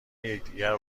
یکدیگر